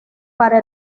para